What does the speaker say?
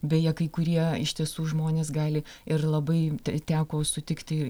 beje kai kurie iš tiesų žmonės gali ir labai te teko sutikti